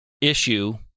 issue